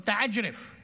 (חוזר על המילה בערבית.)